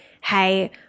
hey